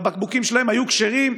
והבקבוקים שלהם היו כשרים,